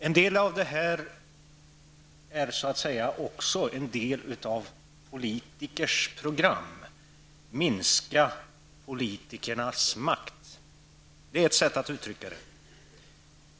En del av det är så att säga också en del av politikers program. Minska politikernas makt! Det är ett sätt att uttrycka det.